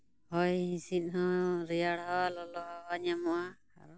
ᱦᱚᱭ ᱦᱤᱥᱤᱫ ᱦᱚᱸ ᱨᱮᱭᱟᱲ ᱦᱟᱣᱟ ᱞᱚᱞᱚ ᱦᱟᱣᱟ ᱧᱟᱢᱚᱜᱼᱟ